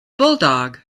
bulldog